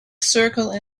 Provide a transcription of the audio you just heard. circle